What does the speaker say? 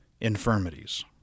Infirmities